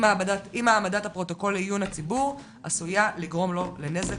אם העמדת הפרוטוקול לעיון הציבור עשויה לגרום לו לנזק,